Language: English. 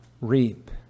reap